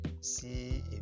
See